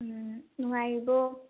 ꯎꯝ ꯅꯨꯡꯉꯥꯏꯔꯤꯕꯣ